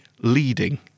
leading